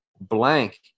Blank